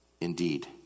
Indeed